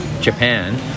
Japan